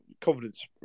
Confidence